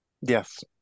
Yes